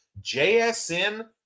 JSN